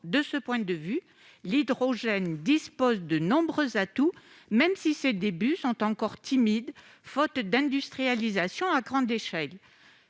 de ce point de vue, l'hydrogène dispose de nombreux atouts, même si ses débuts sont encore timides, faute d'une industrialisation à grande échelle.